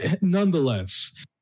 nonetheless